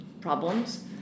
problems